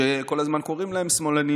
גם כאלה שכל הזמן קוראים להם שמאלנים